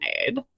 made